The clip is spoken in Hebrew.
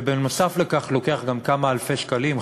ובנוסף על כך לוקח גם כמה אלפי שקלים,